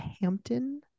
Hampton